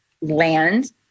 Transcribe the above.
land